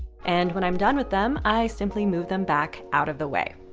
and when i'm done with them, i simply move them back out of the way.